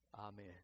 Amen